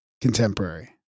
Contemporary